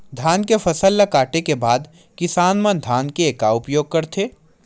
धान के फसल ला काटे के बाद किसान मन धान के का उपयोग करथे?